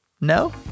No